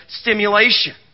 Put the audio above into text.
stimulation